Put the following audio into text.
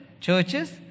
churches